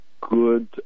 good